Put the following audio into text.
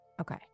Okay